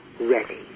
ready